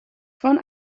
von